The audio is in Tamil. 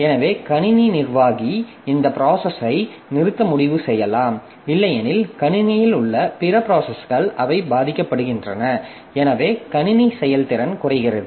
எனவே கணினி நிர்வாகி இந்த ப்ராசஸை நிறுத்த முடிவு செய்யலாம் இல்லையெனில் கணினியில் உள்ள பிற ப்ராசஸ்கள் அவை பாதிக்கப்படுகின்றன எனவே கணினி செயல்திறன் குறைகிறது